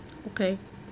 okay